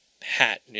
hat